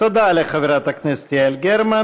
תודה לחברת הכנסת יעל גרמן.